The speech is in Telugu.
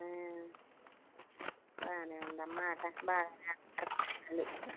బాగానే ఉందమ్మా ఆట బాగానే ఆడుతున్నారు కుర్రగాళ్ళు